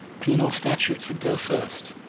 penal statutes would go first.